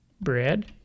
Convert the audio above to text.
bread